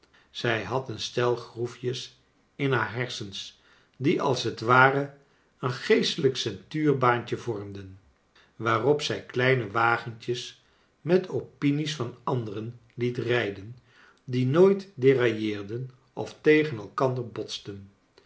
zij had een stel groefjes in haar hersens die als t ware een geestelijk ceintuurbaantje vormden waarop zij kleine wagentjes met opinies van anderen liet rijden die nooit derailleerdea of tegen elkander